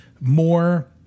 more